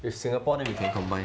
if singapore then you can combine